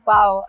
Wow